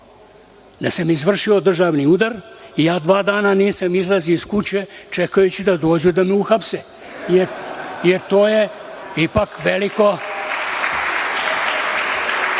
da sam izvršio državni udar i ja dva dana nisam izlazio iz kuće čekajući da dođu da me uhapse, jer ipak to je veliko,